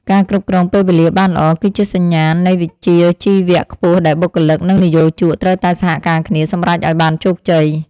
ការគ្រប់គ្រងពេលវេលាបានល្អ គឺជាសញ្ញាណនៃវិជ្ជាជីវៈខ្ពស់ដែលបុគ្គលិកនិងនិយោជកត្រូវតែសហការគ្នាសម្រេចឱ្យបានជោគជ័យ។